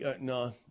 no